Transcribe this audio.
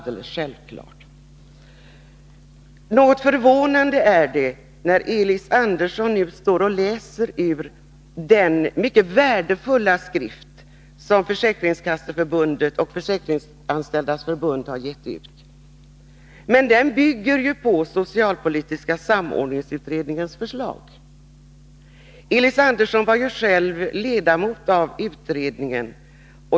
Det är något förvånande att höra Elis Andersson här läsa ur den mycket värdefulla skrift som Försäkringskasseförbundet och Försäkringsanställdas förbund har gett ut. Men den skriften bygger ju på den socialpolitiska samordningsutredningens förslag. Elis Andersson var själv ledamot av utredningen.